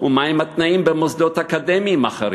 ומה הם התנאים במוסדות אקדמיים אחרים,